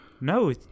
No